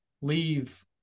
leave